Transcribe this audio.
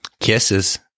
Kisses